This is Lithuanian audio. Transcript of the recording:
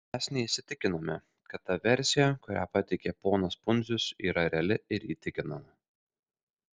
mes neįsitikinome kad ta versija kurią pateikė ponas pundzius yra reali ir įtikinama